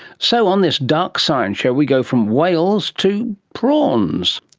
so on this dark science show we go from whales to prawns.